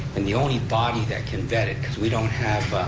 and the only body that can vet it, cause we don't have,